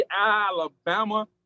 Alabama